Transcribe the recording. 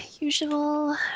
usual